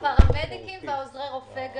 גם הפרמדיקים ועוזרי רופא.